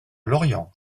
lorient